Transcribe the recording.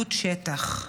ממנהיגות שטח.